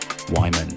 Wyman